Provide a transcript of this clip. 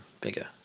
bigger